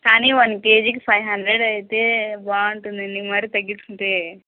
కానీ వన్ కేజీకి five hundred అయితే బాగుంటుందండి మరీ తగ్గించుకుంటే